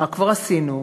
מה כבר עשינו.